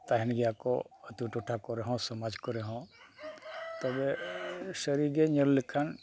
ᱛᱟᱦᱮᱱ ᱜᱮᱭᱟ ᱠᱚ ᱟᱛᱳ ᱴᱚᱴᱷᱟ ᱠᱚᱨᱮ ᱦᱚᱸ ᱥᱚᱢᱟᱡᱽ ᱠᱚᱨᱮ ᱦᱚᱸ ᱛᱚᱵᱮ ᱥᱟᱹᱨᱤ ᱜᱮ ᱧᱮᱞ ᱞᱮᱠᱷᱟᱱ